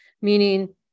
Meaning